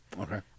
Okay